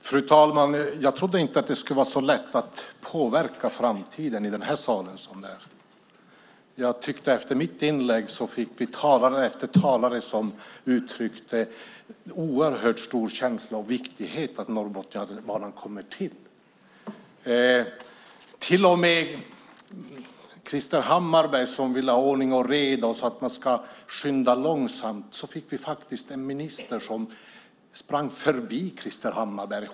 Fru talman! Jag trodde inte att det skulle vara så lätt att i denna sal påverka framtiden som det är. Efter mitt inlägg fick vi ju höra talare efter talare uttrycka en oerhörd stark känsla för vikten av att Norrbotniabanan kommer till. Krister Hammarbergh vill ha ordning och reda och att man ska skynda långsamt. Nu har vi till och med fått en minister som sprungit förbi Krister Hammarbergh.